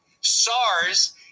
SARS